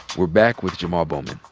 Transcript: we're back with jamaal bowman.